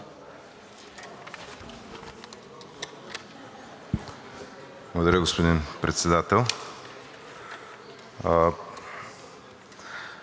Благодаря, господин Председател.